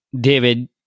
David